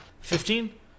Fifteen